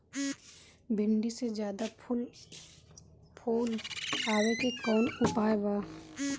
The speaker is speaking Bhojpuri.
भिन्डी में ज्यादा फुल आवे के कौन उपाय बा?